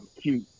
cute